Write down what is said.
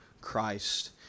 Christ